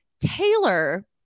Taylor